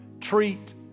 treat